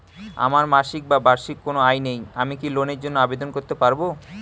আমার মাসিক বা বার্ষিক কোন আয় নেই আমি কি লোনের জন্য আবেদন করতে পারব?